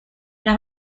las